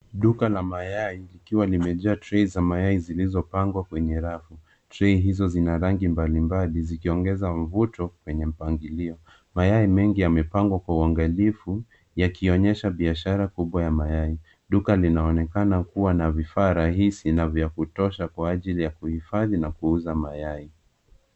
Duka la mayai likiwa limejaa trei za mayai zilizopangwa kwenye rafu. Trei hizo zina rangi mbali mbali, zikiongeza mvuto kwenye mpangilio. Mayai mengi yamepangwa kwa uangalifu, yakionyesha biashara kubwa ya mayai. Duka linaonekana kua na vifaa rahisi na vya kutosha kwa ajili ya kuhifadhi na kuuza mayai.